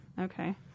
Okay